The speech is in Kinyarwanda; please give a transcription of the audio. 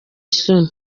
isoni